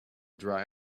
dry